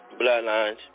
Bloodlines